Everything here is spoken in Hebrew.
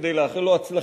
כדי לאחל לו הצלחה,